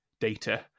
data